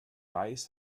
weiß